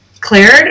cleared